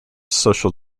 social